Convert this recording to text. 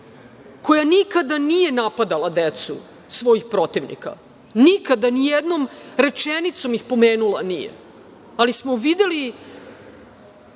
koja nikada nije napadala decu svojih protivnika. Nikada ni jednom rečenicom ih pomenula nije, ali smo videli